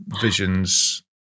visions